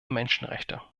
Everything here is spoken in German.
menschenrechte